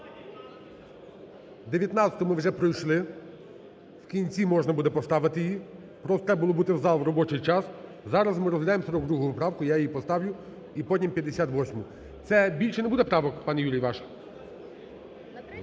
19-у ми вже пройшли, в кінці можна буде поставити її. Просто треба було бути в зал в робочий час, зараз ми розглядаємо 42 поправку, я її поставлю, і потім 58-у. Це більше не буде правок, пане Юрій, ваших?